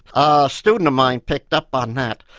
a student of mine picked up on that,